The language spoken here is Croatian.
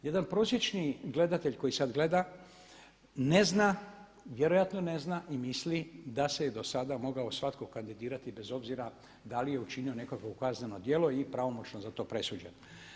Jedan prosječni gledatelj koji sada gleda, vjerojatno ne zna i misli da se je do sada mogao svatko kandidirati bez obzira da li je učinio nekakvo kazneno djelo i pravomoćno za to presuđen.